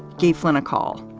gave flynn a call.